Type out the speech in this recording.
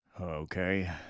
Okay